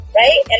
right